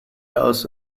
else